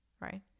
Right